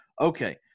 okay